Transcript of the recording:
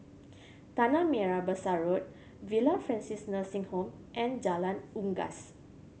Tanah Merah Besar Road Villa Francis Nursing Home and Jalan Unggas